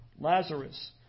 Lazarus